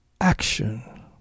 action